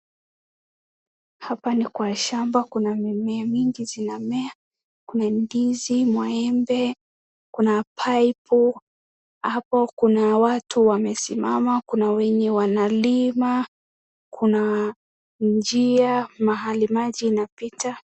Hapa ni kwa shamba kuna mimea mingi zinamea kuna ndizi ,maembe kuna paipu hapo kuna watu wamesimama ,kuna wenye wanalima ,kuna njia mahali maji inapita.